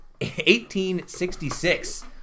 1866